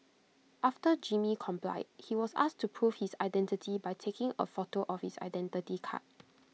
after Jimmy complied he was asked to prove his identity by taking A photo of his Identity Card